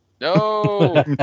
No